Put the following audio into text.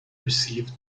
received